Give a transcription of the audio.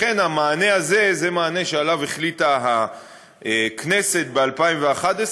לכן המענה הזה הוא מענה שעליו החליטה הכנסת ב-2011,